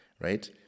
Right